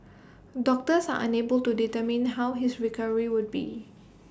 doctors are unable to determine how his recovery would be